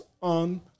on